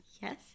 Yes